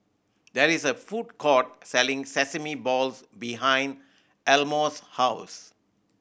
there is a food court selling sesame balls behind Elmore's house